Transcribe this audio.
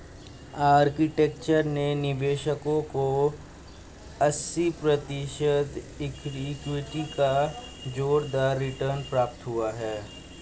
architecture के निवेशकों को अस्सी प्रतिशत इक्विटी का जोरदार रिटर्न प्राप्त हुआ है